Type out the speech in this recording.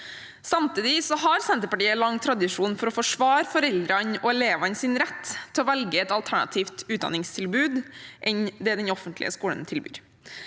Samtidig har Senterpartiet lang tradisjon for å forsvare foreldrenes og elevenes rett til å velge et alternativt utdanningstilbud til det den offentlige skolen tilbyr.